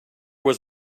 was